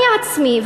אני עצמי,